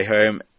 Home